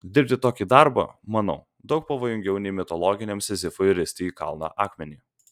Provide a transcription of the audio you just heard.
dirbti tokį darbą manau daug pavojingiau nei mitologiniam sizifui risti į kalną akmenį